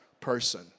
person